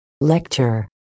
Lecture